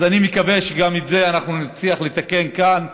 אז אני מקווה שגם את זה אנחנו נצליח לתקן כאן.